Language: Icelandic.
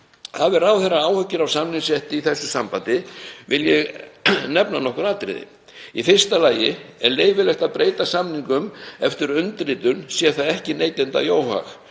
Hafi ráðherra áhyggjur af samningsrétti í þessu sambandi vil ég nefna nokkur atriði. Í fyrsta lagi er leyfilegt að breyta samningum eftir undirritun sé það ekki neytanda í óhag.